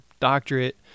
doctorate